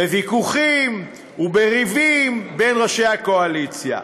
בוויכוחים ובריבים בין ראשי הקואליציה,